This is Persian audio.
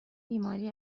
بیماری